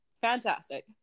fantastic